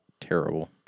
terrible